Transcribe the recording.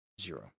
Zero